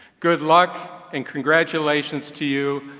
good luck, and congratulations to you,